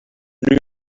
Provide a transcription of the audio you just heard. lügen